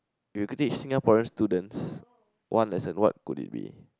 if you could teach Singaporean students one lesson what would it be